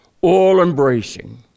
all-embracing